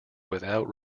without